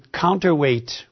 counterweight